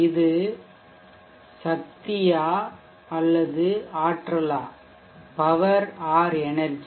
இது சக்தியாபவர் அல்லது ஆற்றலாஎனெர்ஜி